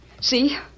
See